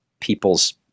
people's